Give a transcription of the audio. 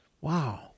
Wow